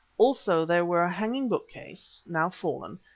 also there were a hanging bookcase, now fallen,